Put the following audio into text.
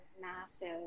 massive